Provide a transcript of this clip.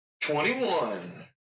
Twenty-one